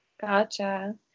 Gotcha